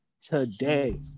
today